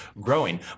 growing